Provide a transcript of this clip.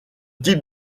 type